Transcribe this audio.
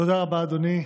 תודה רבה, אדוני.